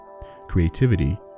Creativity